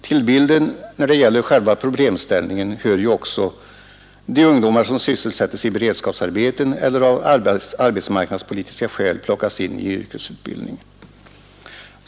Till bilden hör att många ungdomar sysselsätts i beredskapsarbeten eller av arbetsmarknadspolitiska skäl plockas in i yrkesutbildning.